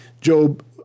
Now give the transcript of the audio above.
Job